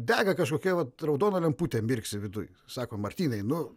dega kažkokia vat raudona lemputė mirksi viduj sako martynai nu